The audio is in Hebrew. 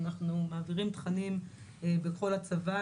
אנחנו מעבירים תכנים בכל הצבא.